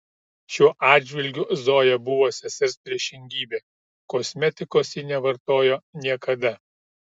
šiuo atžvilgiu zoja buvo sesers priešingybė kosmetikos ji nevartojo niekada